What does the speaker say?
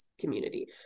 community